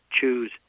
choose